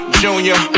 junior